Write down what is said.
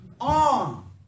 on